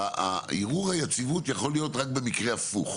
ערעור היציבות יכול להיות רק במקרה הפוך,